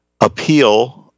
appeal